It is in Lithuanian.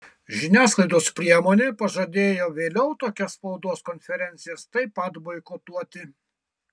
žiniasklaidos priemonė pažadėjo vėliau tokias spaudos konferencijas taip pat boikotuoti